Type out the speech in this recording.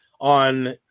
on